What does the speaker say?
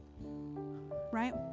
Right